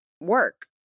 work